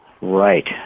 Right